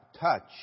touch